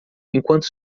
enquanto